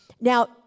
Now